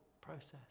process